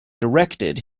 directed